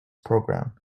program